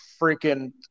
freaking